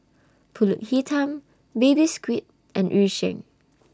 Pulut Hitam Baby Squid and Yu Sheng